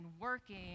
working